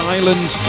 Island